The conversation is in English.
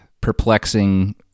perplexing